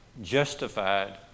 justified